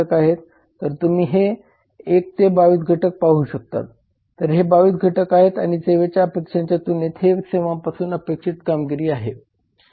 तर तुम्ही येथे हे 1 22 घटक पाहू शकतात तर हे 22 घटक आहेत आणि सेवेच्या अपेक्षांच्या तुलनेत ही सेवांपासून अपेक्षित कामगिरी आहे